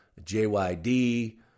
JYD